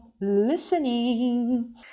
listening